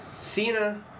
Cena